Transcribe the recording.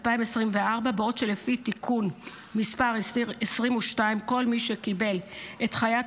בעוד שלפי תיקון מס' 22 כל מי שקיבל את חיית